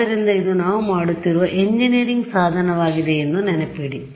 ಆದ್ದರಿಂದ ಇದು ನಾವು ಮಾಡುತ್ತಿರುವ ಎಂಜಿನಿಯರಿಂಗ್ ಸಾಧನವಾಗಿದೆ ಎಂದು ನೆನಪಿಡಿ